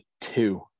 two